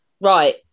Right